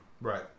Right